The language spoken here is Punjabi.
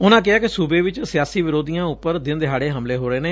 ਉਨਾਂ ਕਿਹਾ ਕਿ ਸੁਬੇ ਚ ਸਿਆਸੀ ਵਿਰੋਧੀਆਂ ਉਪਰ ਦਿਨ ਦਿਹਾੜੇ ਹਮਲੇ ਹੋ ਰਹੇ ਨੇ